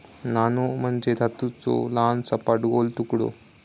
नाणो म्हणजे धातूचो लहान, सपाट, गोल तुकडो